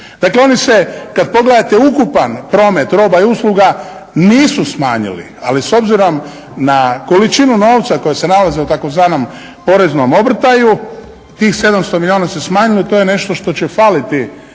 Dakle, oni se kada pogledate ukupan promet roba i usluga nije smanjili. Ali s obzirom na količinu novca koja se nalazi u tzv. poreznom obrtaju tih 700 milijuna su smanjili, to je nešto što će faliti